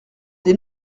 des